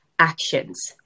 actions